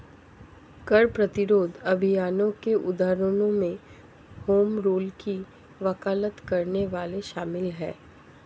कर प्रतिरोध अभियानों के उदाहरणों में होम रूल की वकालत करने वाले शामिल हैं